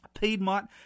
Piedmont